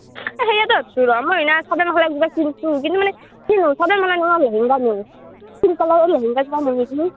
এই সেয়ে ভাবিছোঁ ৰ মই না চাদৰ মেখেলা কিবিছোঁ মানে কি হয় চাদৰ মেখলা তেখলা নিপিন্ধা ন ক্ৰীম কালাৰৰ লেহেংগা এযোৰা